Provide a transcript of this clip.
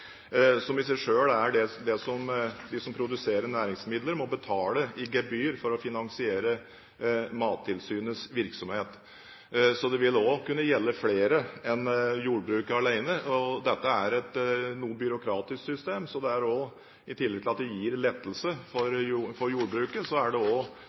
som i seg selv er det som de som produserer næringsmidler, må betale i gebyr for å finansiere Mattilsynets virksomhet. Så det vil også kunne gjelde flere enn jordbruket alene. Dette er et noe byråkratisk system, så det er også, i tillegg til at det gir lettelse for jordbruket, et område hvor det er grunnlag for forenklinger. Så det